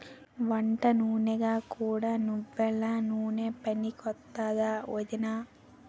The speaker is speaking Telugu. వంటనూనెగా కూడా నువ్వెల నూనె పనికొత్తాదా ఒదినా?